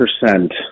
percent